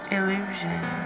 Illusion